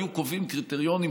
היו קובעים קריטריונים,